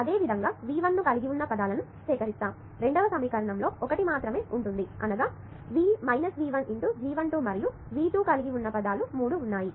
అదేవిధంగా V 1 ను కలిగి ఉన్న పదాలను సేకరిస్తాము రెండవ సమీకరణంలో ఒకటి మాత్రమే అనగా V 1 × G 1 2 మరియు V 2 కలిగి ఉన్న పదాలు మూడు ఉన్నాయి